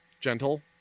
gentle